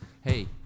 hey